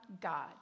God